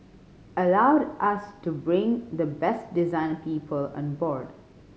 allowed us to bring the best design people on board